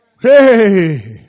Hey